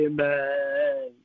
Amen